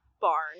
barn